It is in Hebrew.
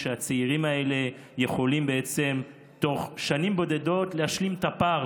הצעירים האלה יכולים בתוך שנים בודדות להשלים את הפער,